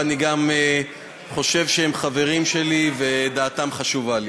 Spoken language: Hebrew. ואני גם חושב שהם חברים שלי ודעתם חשובה לי.